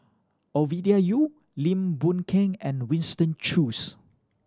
Ovidia Yu Lim Boon Keng and Winston Choos